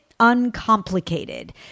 Uncomplicated